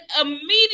immediately